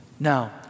Now